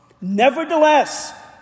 nevertheless